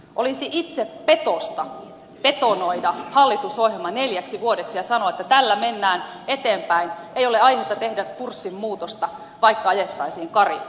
olisi itsepetosta betonoida hallitusohjelma neljäksi vuodeksi ja sanoa että tällä mennään eteenpäin ei ole aihetta tehdä kurssin muutosta vaikka ajettaisiin karille